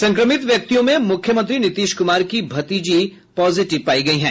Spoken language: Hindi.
संक्रमित व्यक्तियों में मुख्यमंत्री नीतीश कुमार की भतीजी पॉजिटिव पायी गयी हैं